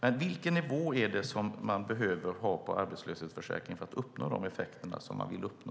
Men vilken nivå behöver man ha på arbetslöshetsförsäkringen för att uppnå de effekter man vill uppnå?